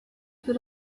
für